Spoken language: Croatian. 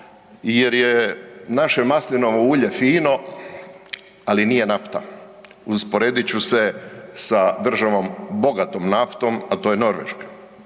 jer je naše maslinovo ulje fino, ali nije nafta, usporedit ću se sa državom bogatom naftom, a to je Norveška.